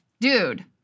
Dude